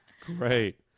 great